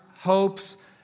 hopes